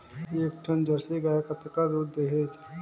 एक ठन जरसी गाय कतका दूध देहेल?